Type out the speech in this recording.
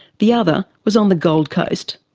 the other was on the gold coast.